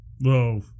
Whoa